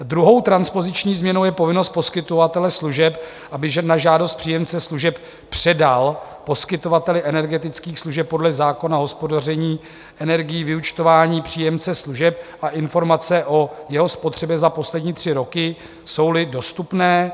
Druhou transpoziční změnou je povinnost poskytovatele služeb, aby na žádost příjemce služeb předal poskytovateli energetických služeb podle zákona o hospodaření energií vyúčtování příjemce služeb a informace o jeho spotřebě za poslední tři roky, jsouli dostupné.